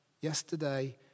Yesterday